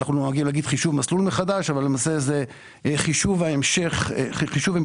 אנחנו נוהגים חישוב מסלול מחדש אבל למעשה זה חישוב המשך המסלול.